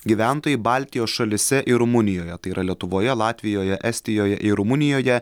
gyventojai baltijos šalyse ir rumunijoje tai yra lietuvoje latvijoje estijoje ir rumunijoje